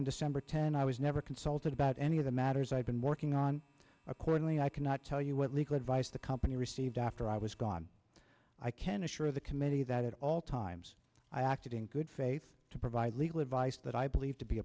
on december tenth i was never consulted about any of the matters i've been working on accordingly i cannot tell you what legal advice the company received after i was gone i can assure the committee that at all times i acted in good faith to provide legal advice that i believe to be